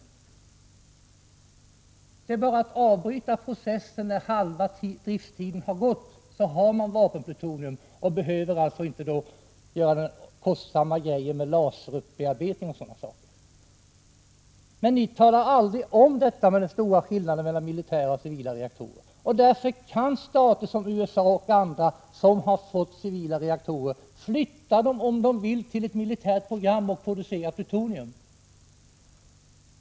För att få vapenplutonium behöver man alltså bara avbryta processen när halva driftstiden har gått, och då behöver man inte tillgripa kostsam laserbearbetning osv. Men ni talar alltid om den stora skillnaden mellan militära och civila reaktorer. Därför kan stater där man har civila reaktorer, somt.ex. USA, om de vill flytta dessa till ett militärt program och producera plutonium.